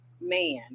man